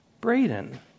Braden